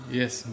yes